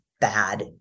bad